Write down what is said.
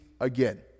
again